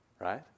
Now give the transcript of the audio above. right